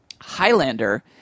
Highlander